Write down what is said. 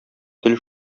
тел